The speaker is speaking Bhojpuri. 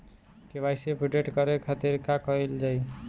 के.वाइ.सी अपडेट करे के खातिर का कइल जाइ?